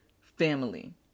family